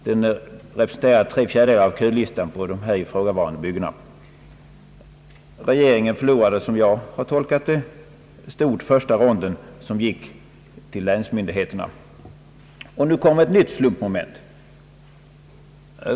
Den representerar tre fjärdedelar av kölistan för de här ifrågavarande byggena. Regeringen förlorade, som jag tolkat det, stort första ronden, som gick till länsmyndigheterna. Nu kommer ett nytt slumpmoment.